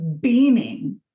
beaming